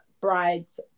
bride's